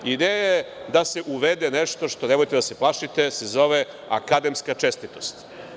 Ideja je da se uvede nešto što, nemojte da se plašite, se zove – akademska čestitost.